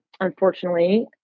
unfortunately